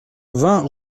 vingt